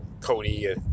Cody